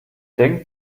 denk